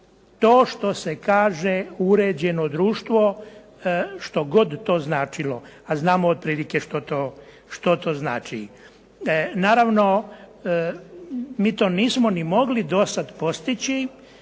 to što se kaže uređeno društvo, što god to značilo, a znamo otprilike što to znači. Naravno, mi to nismo ni mogli dosad postići,